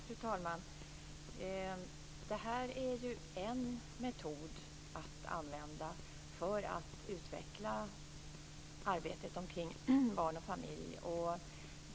Fru talman! Det här är en metod att använda för att utveckla arbetet kring barn och familj.